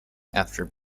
after